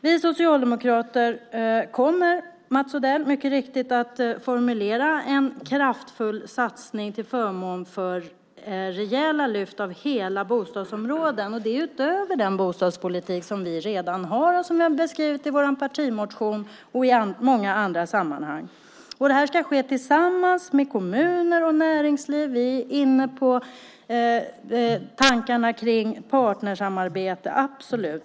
Vi socialdemokrater kommer, Mats Odell, mycket riktigt att formulera en kraftfull satsning till förmån för rejäla lyft av hela bostadsområden. Det är utöver den bostadspolitik som vi redan har och som vi har beskrivit i vår partimotion och i många andra sammanhang. Det här ska ske tillsammans med kommuner och näringsliv. Vi är inne på tankarna kring partnersamarbete. Absolut.